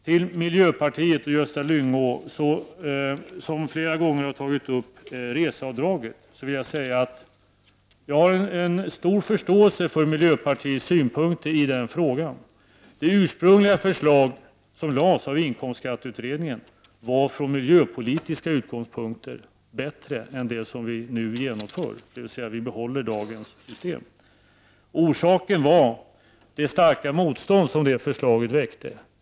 Till miljöpartiet och Gösta Lyngå, som flera gånger har tagit upp reseavdraget, vill jag säga att jag har stor förståelse för miljöpartiets synpunkter i den frågan. Det ursprungliga förslaget, som lades fram av inkomstskatteutredningen, var ur miljöpolitiska utgångspunkter bättre än det som vi nu genomför, dvs. vi behåller dagens system. Anledningen till det var det starka motstånd som det förslaget väckte.